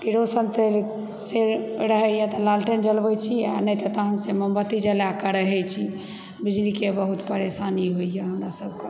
kerosene तेलसँ रहैए तऽ लालटेन जलबैत छी नहि तऽ तहन मोमबत्ती जलाके रहैत छी बिजलीके बहुत परेशानी होइए हमरा सभकेँ